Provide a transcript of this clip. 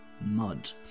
mud